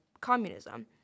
communism